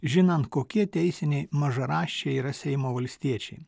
žinant kokie teisiniai mažaraščiai yra seimo valstiečiai